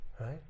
right